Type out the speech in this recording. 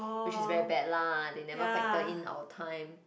which is very bad lah they never factor in our time